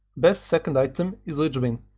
best second item is lich bane,